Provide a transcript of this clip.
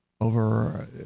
over